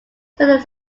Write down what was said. some